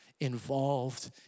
involved